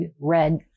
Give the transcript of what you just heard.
red